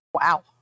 Wow